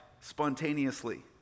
spontaneously